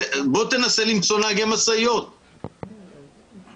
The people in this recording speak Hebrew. תנסה למצוא נהגי משאיות, אין.